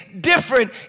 different